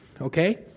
Okay